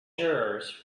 jurors